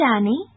Danny